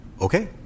Okay